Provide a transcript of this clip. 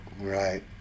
Right